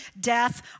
death